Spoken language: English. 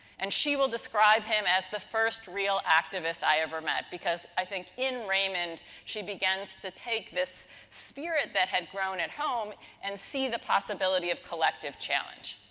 and, she will describe him as the first real activist i ever met. because, i think, in raymond, she begins to take this spirit that had grown at home and see the possibility of collective challenge.